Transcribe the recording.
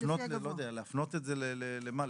או לפנות, לא יודע, להפנות את זה, למה?